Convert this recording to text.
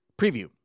preview